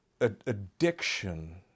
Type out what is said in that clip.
Addiction